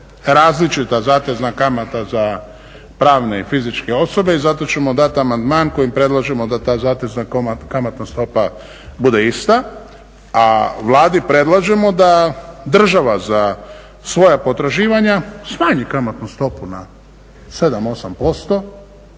različita zatezna kamata za pravne i fizičke osobe i zato ćemo dati amandman kojim predlažemo da ta zatezna kamatna stopa bude ista, a Vladi predlažemo da država za svoja potraživanja smanji kamatnu stopu na 7,